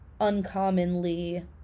uncommonly